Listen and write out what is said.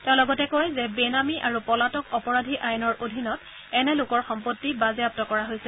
তেওঁ লগতে কয় যে বেনামী আৰু পলাতক অপৰাধী আইনৰ অধীনত এনে লোকৰ সম্পত্তি বাজেয়াপ্ত কৰা হৈছে